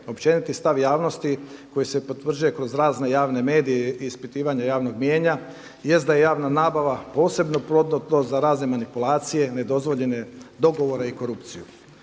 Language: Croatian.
Općeniti stav javnosti koji se potvrđuje kroz razne javne medije i ispitivanje javnog mnijenja. Jest da je javna nabava posebno plodno tlo za razne manipulacije, nedozvoljene dogovore i korupciju.